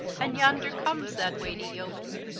and yonder comes that wightye yeoman,